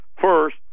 first